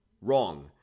Wrong